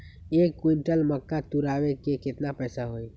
एक क्विंटल मक्का तुरावे के केतना पैसा होई?